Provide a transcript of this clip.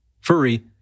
Furry